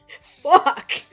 Fuck